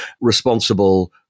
responsible